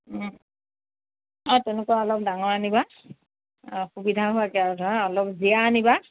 অ তেনেকুৱা অলপ ডাঙৰ আনিবা সুবিধা হোৱাকৈ আৰু ধৰা অলপ জীয়া আনিবা